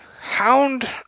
Hound